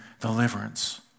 deliverance